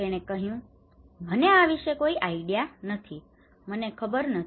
તેણે કહ્યું મને આના વિશે કોઈ આઇડિયા નથી મને ખબર નથી